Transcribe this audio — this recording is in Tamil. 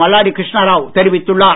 மல்லாடி கிருஷ்ணராவ் தெரிவித்துள்ளார்